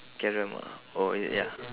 carrom ah oh ye~ ya